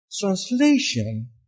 translation